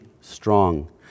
strong